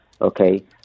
okay